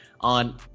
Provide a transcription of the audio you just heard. on